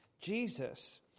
Jesus